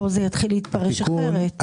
כאן זה יתחיל להתפרש אחרת.